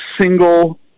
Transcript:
single